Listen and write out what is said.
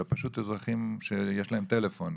אלא פשוט אזרחים שיש להם טלפון.